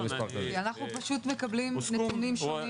כי אנחנו פשוט מקבלים נתונים שונים